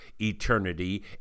eternity